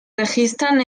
registran